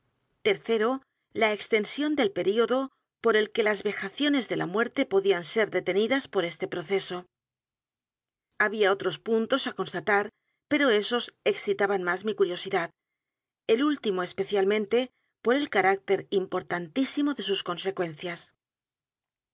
la extensión del período por el que las vejaciones de la muerte podían ser detenidas por este proceso había otros puntos á constatar pero esos excitaban más mi curiosidad el último especialmente por el carácter importantísimo de su consecuencias